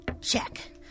Check